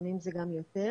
לפעמים זה גם יותר,